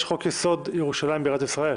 יש חוק יסוד: ירושלים בירת ישראל.